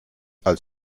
als